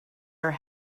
are